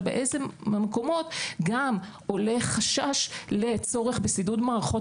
אבל באיזה מהמקומות גם עולה חשש לצורך בשידוד מערכות